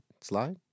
slide